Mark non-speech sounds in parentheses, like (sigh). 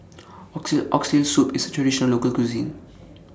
(unintelligible) Oxtail Soup IS A Traditional Local Cuisine